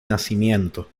nacimiento